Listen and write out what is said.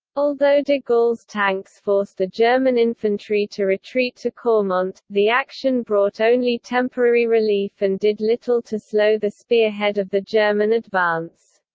although de gaulle's tanks forced the german infantry to retreat to caumont, the action brought only temporary relief and did little to slow the spearhead of the german advance.